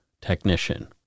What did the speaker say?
technician